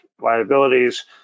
liabilities